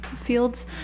fields